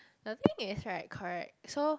the thing is right correct so